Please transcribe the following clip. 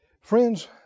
Friends